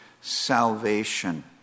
salvation